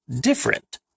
different